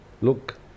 Look